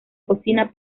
cocina